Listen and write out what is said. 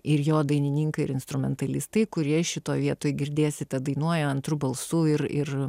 ir jo dainininkai ir instrumentalistai kurie šitoj vietoj girdėsite dainuoja antru balsu ir ir